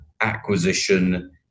acquisition